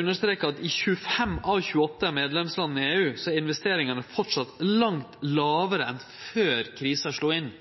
understrekar at i 25 av 28 medlemsland i EU er investeringane framleis langt lågare enn før krisa slo inn